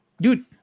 dude